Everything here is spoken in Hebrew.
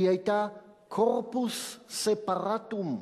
היא היתה corpus separatum,